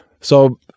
so-